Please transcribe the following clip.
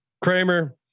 Kramer